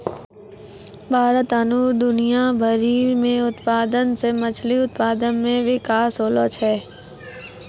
भारत आरु दुनिया भरि मे उत्पादन से मछली उत्पादन मे बिकास होलो छै